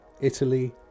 Italy